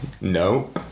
no